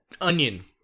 onion